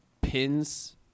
pins